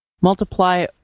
Multiply